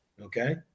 okay